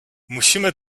musimy